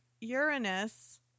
Uranus